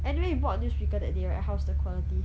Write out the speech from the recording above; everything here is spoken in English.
anyway you bought new speaker that day right how's the quality